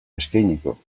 eskainiko